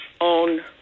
own